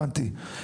הבנתי.